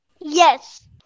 Yes